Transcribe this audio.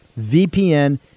VPN